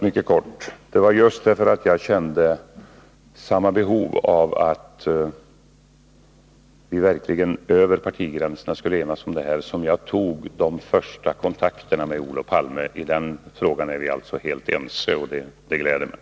Om debatten skall fortsätta hemställer jag att herrarna går tillbaka till frågan om Cancun och alltså följer riksdagsordningen, som föreskriver att den som har ordet skall hålla sig till ämnet.